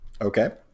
Okay